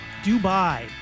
Dubai